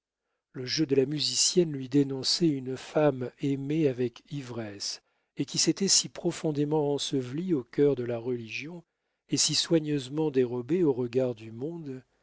le jeu de la musicienne lui dénonçait une femme aimée avec ivresse et qui s'était si profondément ensevelie au cœur de la religion et si soigneusement dérobée aux regards du monde